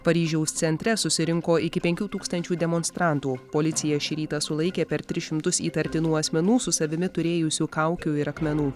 paryžiaus centre susirinko iki penkių tūkstančių demonstrantų policija šį rytą sulaikė per tris šimtus įtartinų asmenų su savimi turėjusių kaukių ir akmenų